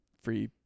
free